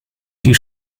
die